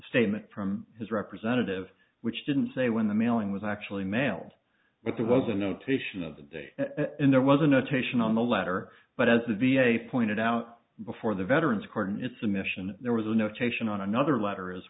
statement from his representative which didn't say when the mailing was actually mailed but there was a notation of the day and there was a notation on the letter but as the v a pointed out before the veterans cordon it's a mission there was a notation on another letter as